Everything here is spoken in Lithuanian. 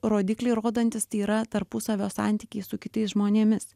rodiklį rodantys tai yra tarpusavio santykiai su kitais žmonėmis